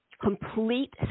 complete